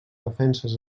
defenses